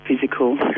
physical